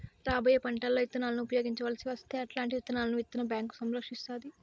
రాబోయే పంటలలో ఇత్తనాలను ఉపయోగించవలసి వస్తే అల్లాంటి విత్తనాలను విత్తన బ్యాంకు సంరక్షిస్తాది